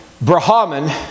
Brahman